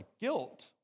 guilt